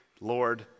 Lord